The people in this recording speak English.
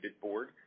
board